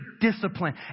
discipline